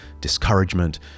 discouragement